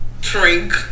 Drink